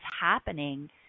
happening